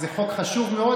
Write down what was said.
זה חוק חשוב מאוד,